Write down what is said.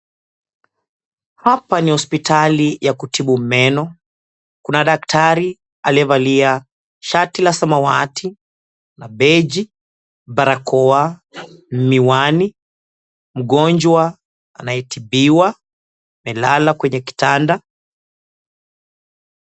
Hapa ni hospitali ya kutibu meno. Kuna daktari aliyevalia shati la samawati na beiji, barakoa, miwani. Mgonjwa anayetibiwa amelala kwenye kitanda.